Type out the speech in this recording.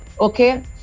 okay